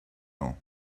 nhw